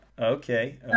Okay